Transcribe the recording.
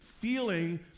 feeling